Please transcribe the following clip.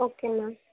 ஓகேங்க மேம்